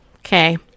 okay